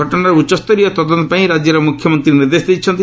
ଘଟଣାର ଉଚ୍ଚସ୍ତରୀୟ ତଦନ୍ତପାଇଁ ରାଜ୍ୟର ମ୍ରଖ୍ୟମନ୍ତ୍ରୀ ନିର୍ଦ୍ଦେଶ ଦେଇଛନ୍ତି